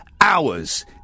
hours